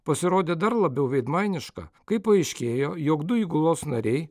pasirodė dar labiau veidmainiška kai paaiškėjo jog du įgulos nariai